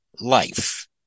life